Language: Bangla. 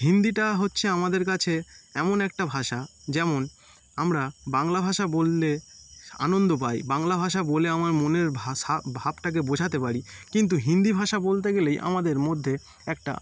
হিন্দিটা হচ্ছে আমাদের কাছে এমন একটা ভাষা যেমন আমরা বাংলা ভাষা বললে আনন্দ পাই বাংলা ভাষা বলে আমার মনের ভাষা ভাবটাকে বোঝাতে পারি কিন্তু হিন্দি ভাষা বলতে গেলেই আমাদের মধ্যে একটা